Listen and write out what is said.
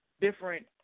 different